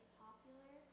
popular